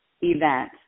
event